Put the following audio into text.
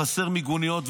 חסרות מיגוניות,